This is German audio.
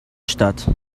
statt